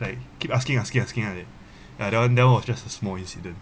like keep asking asking asking like that ya that one that one was just a small incident